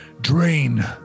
drain